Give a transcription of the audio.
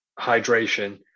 hydration